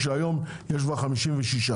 כשהיום יש בה .